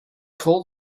called